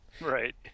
Right